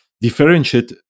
differentiate